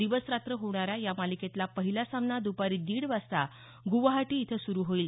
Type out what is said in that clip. दिवस रात्र होणाऱ्या या मालिकेतला पहिला सामना दुपारी दीड वाजता गुवाहाटी इथं सुरु होईल